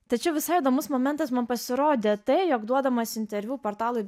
tačiau visai įdomus momentas man pasirodė tai jog duodamas interviu portalui